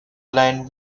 line